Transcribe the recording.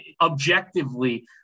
objectively